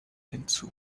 hinzu